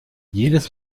jedes